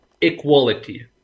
equality